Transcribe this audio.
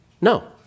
no